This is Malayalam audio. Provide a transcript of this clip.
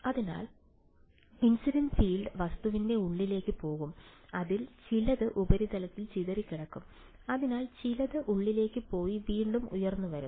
അതിനാൽ ഇൻസിഡൻസ് ഫീൽഡ് വസ്തുവിന്റെ ഉള്ളിലേക്ക് പോകും അതിൽ ചിലത് ഉപരിതലത്തിൽ ചിതറിക്കിടക്കും അതിൽ ചിലത് ഉള്ളിലേക്ക് പോയി വീണ്ടും ഉയർന്നുവരും